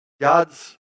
God's